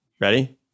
Ready